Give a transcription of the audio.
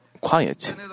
quiet